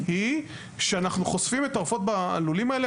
היא שאנחנו חושפים את העופות בלולים האלה,